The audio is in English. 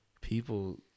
people